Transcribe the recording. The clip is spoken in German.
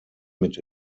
mit